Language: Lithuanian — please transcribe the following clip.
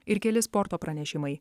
ir keli sporto pranešimai